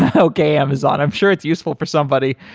ah okay amazon, i'm sure it's useful for somebody.